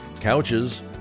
couches